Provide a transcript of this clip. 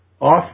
off